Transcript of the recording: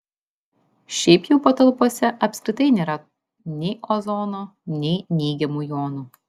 šiaip jau patalpose apskritai nėra nei ozono nei neigiamų jonų